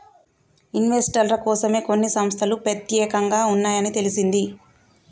ఇన్వెస్టర్ల కోసమే కొన్ని సంస్తలు పెత్యేకంగా ఉన్నాయని తెలిసింది